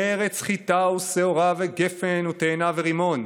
ארץ חִטה ושערה וגפן ותאנה ורִמון,